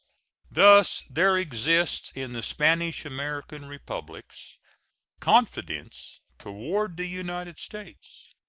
thus there exists in the spanish american republics confidence toward the united states.